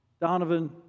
Donovan